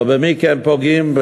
במי כן פוגעים?